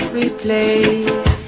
replace